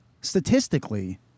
statistically